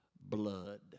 blood